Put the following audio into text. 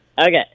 Okay